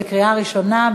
בקריאה ראשונה.